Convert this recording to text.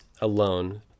alone